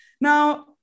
Now